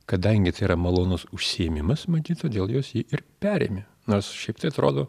kadangi tai yra malonus užsiėmimas matyt todėl jos jį ir perėmė nors šiaip tai atrodo